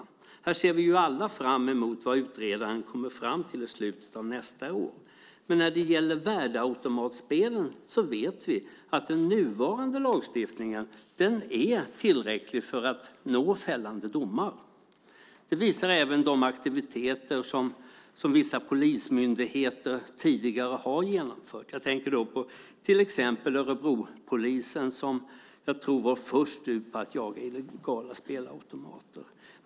Här ser vi alla fram emot vad utredaren kommer fram till i slutet av nästa år. Men när det gäller värdeautomatspelen vet vi att den nuvarande lagstiftningen är tillräcklig för att nå fällande domar. Det visar även de aktiviteter som vissa polismyndigheter tidigare har genomfört. Jag tänker till exempel på Örebropolisen som jag tror var först ut med att jaga illegala spelautomater.